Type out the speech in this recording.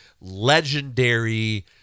legendary